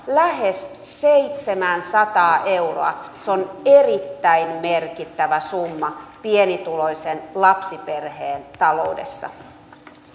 lähes seitsemänsataa euroa se on erittäin merkittävä summa pienituloisen lapsiperheen taloudessa